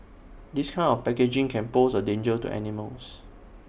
this kind of packaging can pose A danger to animals